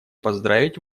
поздравить